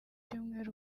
cyumweru